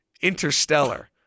Interstellar